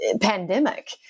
pandemic